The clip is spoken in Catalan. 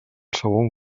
segon